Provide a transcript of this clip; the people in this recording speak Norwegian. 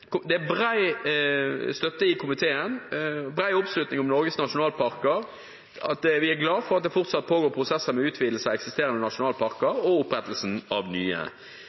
Det er bred oppslutning i komiteen om Norges nasjonalparker. Vi er glade for at det fortsatt pågår prosesser med utvidelse av eksisterende nasjonalparker og opprettelse av nye.